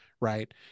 right